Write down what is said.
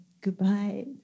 goodbye